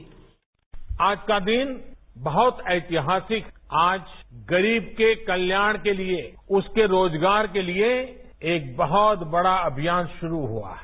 bite आज का दिन बहुत ऐतिहासिक आज गरीब के कल्याण के लिए उसके रोजगार के लिए एक बहुत बड़ा अभियान शुरू हुआ है